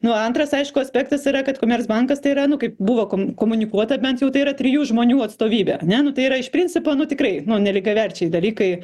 nu antras aišku aspektas yra kad komercbankas tai yra nu kaip buvo kom komunikuota bent jau tai yra trijų žmonių atstovybė ane nu tai yra iš principo nu tikrai nu nelygiaverčiai dalykai